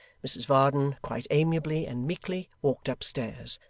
mrs varden quite amiably and meekly walked upstairs,